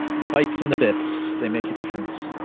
the bites and the bits they make a difference.